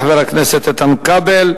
יעלה חבר הכנסת איתן כבל,